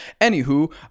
Anywho